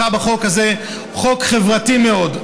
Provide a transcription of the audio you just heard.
חוק חברתי מאוד,